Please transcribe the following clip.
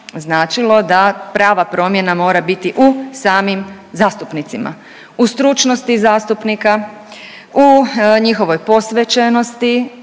značilo da prava promjena mora biti u samim zastupnicima, u stručnosti zastupnika, u njihovoj posvećenosti